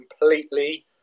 completely